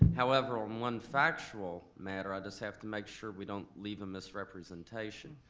however on one factual matter, i just have to make sure we don't leave a misrepresentation.